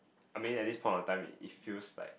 I mean at the point of time it feels like